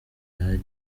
byari